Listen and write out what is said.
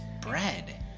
bread